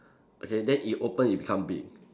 okay then if open it become big